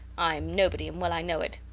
i am nobody, and well i know it.